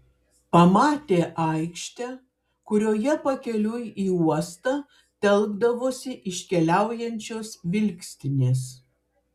pamatė aikštę kurioje pakeliui į uostą telkdavosi iškeliaujančios vilkstinės